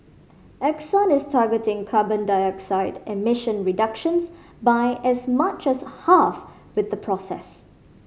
Exxon is targeting carbon dioxide emission reductions by as much as half with the process